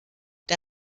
der